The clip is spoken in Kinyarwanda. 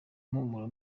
impumuro